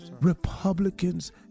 Republicans